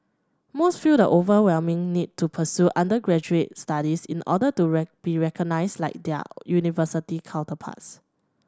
most feel the overwhelming need to pursue undergraduate studies in order to right be recognised like their university counterparts